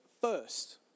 first